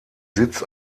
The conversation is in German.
sitz